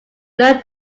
learn